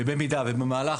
ובמידה ובמהלך,